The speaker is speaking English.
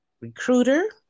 recruiter